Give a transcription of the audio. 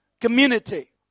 community